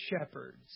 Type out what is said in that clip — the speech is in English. shepherds